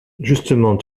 justement